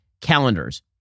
calendars